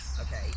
okay